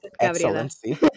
excellency